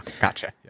Gotcha